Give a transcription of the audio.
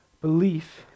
belief